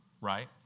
Right